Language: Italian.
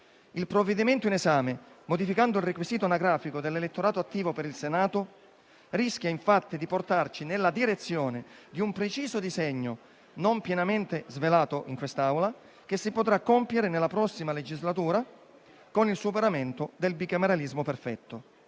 Il provvedimento in esame, modificando il requisito anagrafico dell'elettorato attivo per il Senato, rischia infatti di portarci nella direzione di un preciso disegno non pienamente svelato in quest'Aula, che si potrà compiere nella prossima legislatura, con il superamento del bicameralismo perfetto.